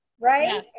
right